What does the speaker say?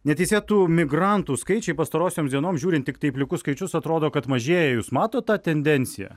neteisėtų migrantų skaičiai pastarosiom dienom žiūrint tiktai plikus skaičius atrodo kad mažėja jūs matot tą tendenciją